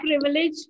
privilege